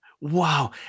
Wow